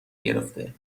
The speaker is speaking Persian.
گرفته